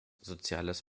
soziales